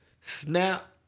snap